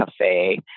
cafe